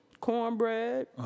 cornbread